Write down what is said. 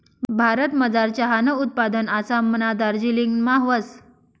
भारतमझार चहानं उत्पादन आसामना दार्जिलिंगमा व्हस